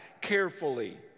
carefully